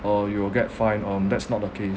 uh you will get fined um that's not the case